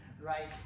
right